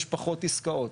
יש פחות עסקאות,